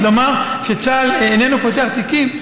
אז לומר שצה"ל איננו פותח תיקים?